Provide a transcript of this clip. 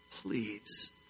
Please